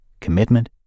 commitment